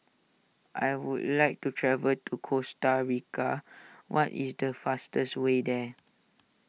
I would like to travel to Costa Rica what is the fastest way there